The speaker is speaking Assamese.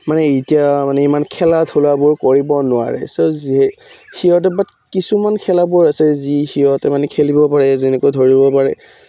মানে এতিয়া মানে ইমান খেলা ধূলাবোৰ কৰিব নোৱাৰে চ' যি সিহঁতে বাট কিছুমান খেলাবোৰ আছে যি সিহঁতে মানে খেলিব পাৰে যেনেকৈ ধৰিব পাৰে